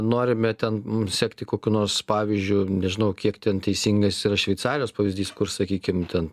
norime ten sekti kokiu nors pavyzdžiu nežinau kiek ten teisingas yra šveicarijos pavyzdys kur sakykim ten